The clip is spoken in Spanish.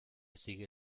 sigue